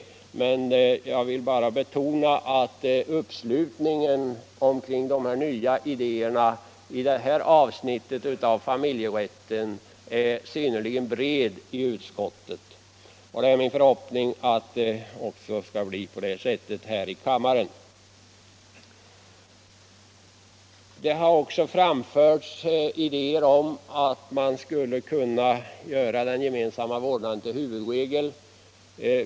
Jag vill bara med det uttalandet betona att uppslutningen kring de nya idéerna i det här avsnittet av familjerätten är synnerligen bred i utskottet. Det är min förhoppning att den skall bli det även här i kammaren. Det har också framförts idéer om att man skulle kunna göra den gemensamma vårdnaden till huvudregel.